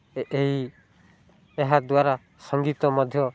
ଏହି ଏହା ଦ୍ୱାରା ସଙ୍ଗୀତ ମଧ୍ୟ